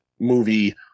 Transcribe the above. movie